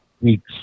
weeks